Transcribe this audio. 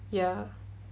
ya